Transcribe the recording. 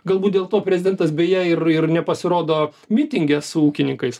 galbūt dėl to prezidentas beje ir ir nepasirodo mitinge su ūkininkais